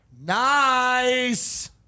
Nice